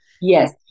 Yes